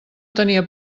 tenia